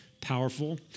powerful